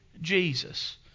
Jesus